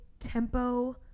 tempo